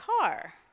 car